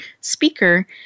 speaker